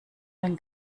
den